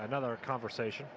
another conversation